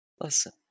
Listen